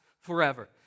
forever